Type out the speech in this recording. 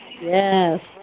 Yes